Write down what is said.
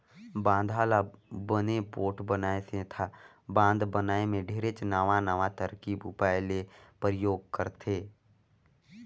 बांधा ल बने पोठ बनाए सेंथा बांध बनाए मे ढेरे नवां नवां तरकीब उपाय ले परयोग करथे